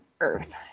Earth